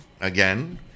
Again